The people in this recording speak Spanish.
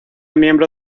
miembro